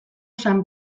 san